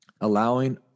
allowing